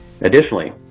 Additionally